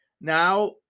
Now